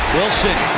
Wilson